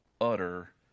utter